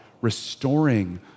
restoring